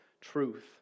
truth